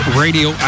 radio